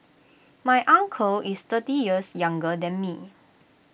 my uncle is thirty years younger than me